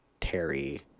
Terry